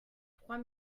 trois